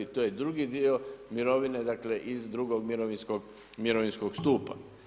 To je drugi dio mirovine dakle iz drugog mirovinskog stupa.